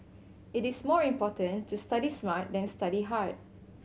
it is more important to study smart than study hard